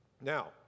Now